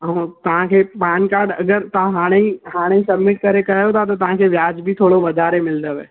तव्हां खे पानकार्ड अगरि तव्हां हाणे ई हाणे सबमिट करे कयो था त उनते व्याज बि थोरो वधारे मिलंदव